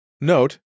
note